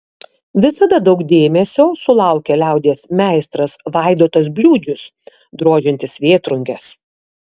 visada daug dėmesio sulaukia liaudies meistras vaidotas bliūdžius drožiantis vėtrunges